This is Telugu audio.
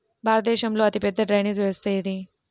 భారతదేశంలో అతిపెద్ద డ్రైనేజీ వ్యవస్థ ఏది?